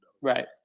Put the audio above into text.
right